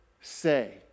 say